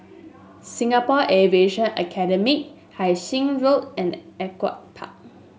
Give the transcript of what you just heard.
Singapore Aviation Academy Hai Sing Road and Ewart Park